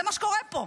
זה מה שקורה פה.